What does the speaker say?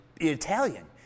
Italian